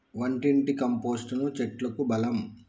వంటింటి కంపోస్టును చెట్లకు బలం